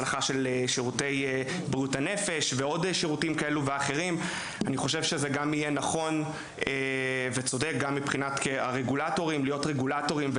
אני חושב שיהיה נכון וצודק להיות רגולטורים,